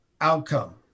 outcome